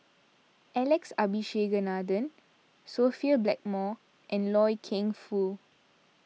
Alex Abisheganaden Sophia Blackmore and Loy Keng Foo